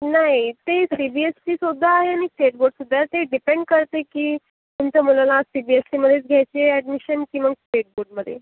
नाही ते C B S ईसुद्धा आहे नि स्टेट बोर्डसुद्धा आहे ते डिपेंड करते की तुमच्या मुलाला सी बी एस ईमध्येच घ्यायची आहे अॅडमिशन की मग स्टेट बोर्डमध्ये